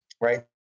right